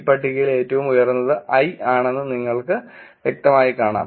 ഈ പട്ടികയിലെ ഏറ്റവും ഉയർന്നത് i ആണെന്ന് നിങ്ങൾക്ക് വ്യക്തമായി കാണാം